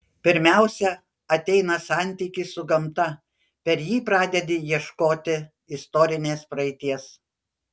pirmiausia ateina santykis su gamta per jį pradedi ieškoti istorinės praeities